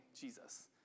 Jesus